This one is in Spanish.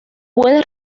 puede